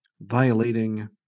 violating